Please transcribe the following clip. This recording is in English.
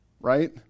right